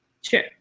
Sure